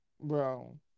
bro